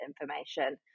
information